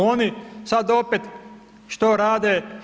Oni sad opet, što rade?